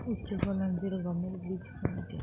উচ্চফলনশীল গমের বীজ কোনটি?